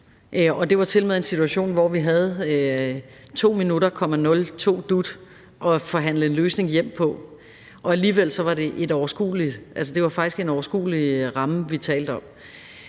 det var tilmed i en situation, hvor vi havde 2,02 minutter at forhandle en løsning hjem på, og alligevel var det faktisk en overskuelig ramme, vi talte om,